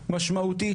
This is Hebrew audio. משמעותית,